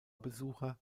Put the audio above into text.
besucher